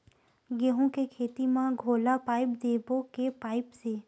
गेहूं के खेती म घोला पानी देबो के पाइप से?